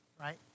right